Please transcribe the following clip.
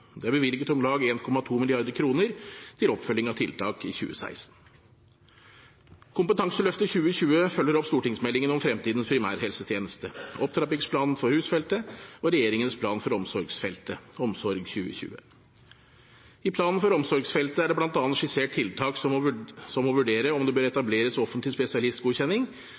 Det er bevilget om lag 1,2 mrd. kr til oppfølging av tiltak i 2016. Kompetanseløft 2020 følger opp stortingsmeldingen om fremtidens primærhelsetjeneste, opptrappingsplanen for rusfeltet og regjeringens plan for omsorgsfeltet, Omsorg 2020. I planen for omsorgsfeltet er det bl.a. skissert tiltak som å vurdere om det bør etableres offentlig spesialistgodkjenning